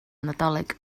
nadolig